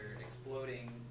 exploding